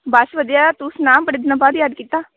ਬਸ ਵਧੀਆ ਤੂੰ ਸੁਣਾ ਬੜੇ ਦਿਨਾਂ ਬਾਅਦ ਯਾਦ ਕੀਤਾ